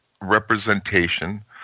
representation